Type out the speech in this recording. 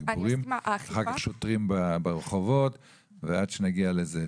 אחר כך שוטרים ברחובות ועד שנגיע לזה.